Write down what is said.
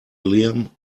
liam